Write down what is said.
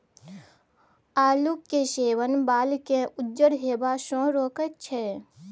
आलूक सेवन बालकेँ उज्जर हेबासँ रोकैत छै